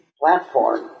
platform